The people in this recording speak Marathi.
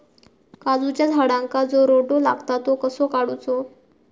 काजूच्या झाडांका जो रोटो लागता तो कसो काडुचो?